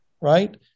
right